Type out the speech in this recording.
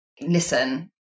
Listen